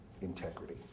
integrity